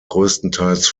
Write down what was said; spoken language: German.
größtenteils